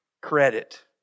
Credit